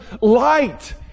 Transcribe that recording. light